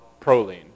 proline